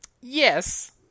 Yes